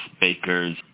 bakers